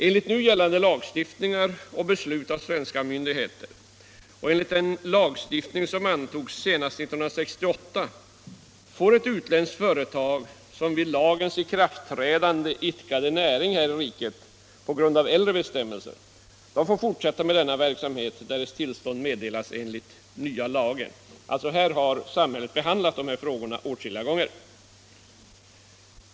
Enligt tidigare och nu gällande lagstiftning, den senaste antagen år 1968, får utländskt företag som vid lagens ikraftträdande idkade näring här i riket på grund av äldre bestämmelser fortsätta denna verksamhet därest tillstånd meddelas enligt den nya lagen. Samhället har alltså behandlat dessa frågor flera gånger.